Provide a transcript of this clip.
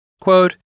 Quote